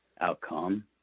outcome